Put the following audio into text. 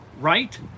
right